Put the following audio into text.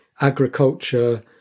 agriculture